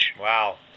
Wow